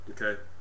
okay